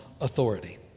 authority